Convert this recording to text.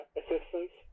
assistance